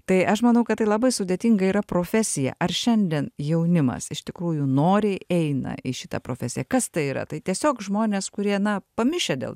tai aš manau kad tai labai sudėtinga yra profesija ar šiandien jaunimas iš tikrųjų noriai eina į šitą profesiją kas tai yra tai tiesiog žmonės kurie na pamišę dėl